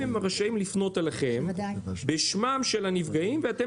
האם הם רשאים לפנות אליכם בשמם של הנפגעים ואתם